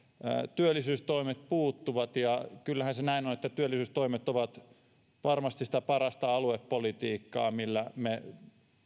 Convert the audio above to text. työllisyystoimet puuttuvat kyllähän se näin on että työllisyystoimet ovat varmasti sitä parasta aluepolitiikkaa millä me